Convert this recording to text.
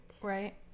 Right